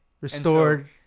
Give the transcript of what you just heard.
Restored